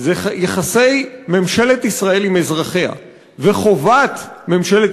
זה יחסי ממשלת ישראל עם אזרחיה וחובת ממשלת